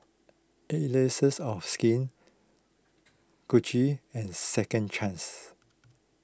Allies of Skin Gucci and Second Chance